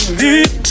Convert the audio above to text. need